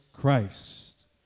Christ